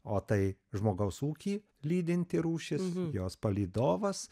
o tai žmogaus ūkį lydinti rūšis jos palydovas